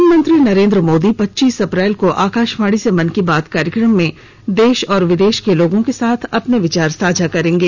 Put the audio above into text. प्रधानमंत्री नरेंद्र मोदी कल आकाशवाणी से मन की बात कार्यक्रम में देश और विदेश के लोगों के साथ अपने विचार साझा करेंगे